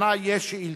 בפני יש שאילתות,